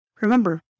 Remember